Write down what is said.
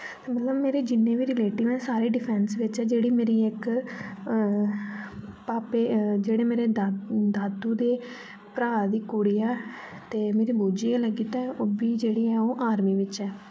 मतलब मेरे जिन्ने बी रिलेटिव ना सारे डिफेंस बिच्च ऐ जेह्ड़ी मेरी इक पापे जेह्ड़े मेरे दादु दादु दे भ्रा दी कुड़ी ऐ ते मेरी बुजी गे लग्गी ते ओह् बी जेह्ड़ी ऐ आर्मी बिच्च ऐ